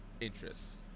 interests